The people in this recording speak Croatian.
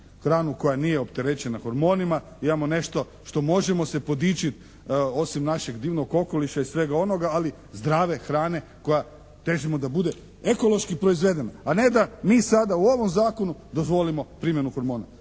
hranu koja nije opterećena hormonima, imamo nešto što možemo se podičiti osim našeg divnog okoliša i svega onoga, ali zdrave hrane koja težimo da bude ekološki proizvedena, a ne da mi sada u ovom zakonu dozvolimo primjenu hormona.